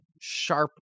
sharp